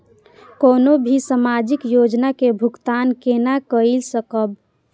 कोनो भी सामाजिक योजना के भुगतान केना कई सकब?